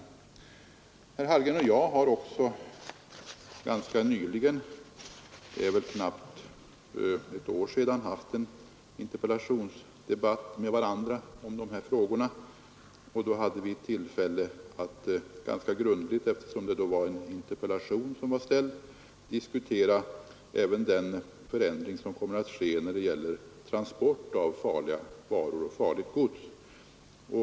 Herr Hallgren och jag har också ganska nyligen haft en interpellationsdebatt med varandra i dessa frågor, och då hade vi tillfälle att ganska grundligt — eftersom det var en interpellation som framställts — diskutera även den förändring som kommer att ske när det gäller transport av farligt gods.